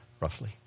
roughly